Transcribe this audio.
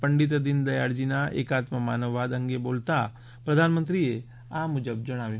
પંડીત દીનદયાળજીના એકાત્મ માનવવાદ અંગે બોલતાં પ્રધાનમંત્રીએ આ મુજબ જણાવ્યું